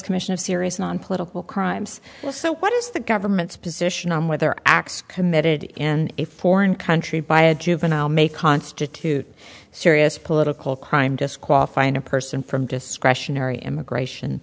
commission of serious nonpolitical crimes so what is the government's position on whether acts committed in a foreign country by a juvenile may constitute a serious political crime disqualifying a person from discretionary immigration